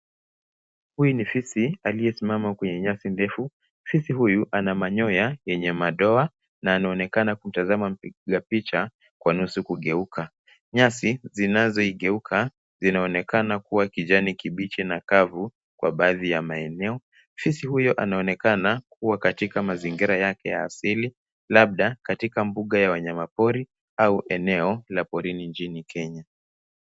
Huyu ni fisi aliyesimama kwa nyasi ndefu. Fisi huyu ana manyoya yenye madoa na anaonekana kutazama mapicha kwa nusu kugeuka. Nyasi zinazoigeuka zinaonekana kuwa kijani kibichi na kavu kwa baadhi ya maeneo. Fisi huyo anaonekana kuwa katika mazingira yake ya asili labda katika mbuga ya wanyama pori au eneo la porini nchini Kenya.